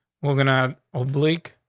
we're gonna oblique.